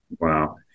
Wow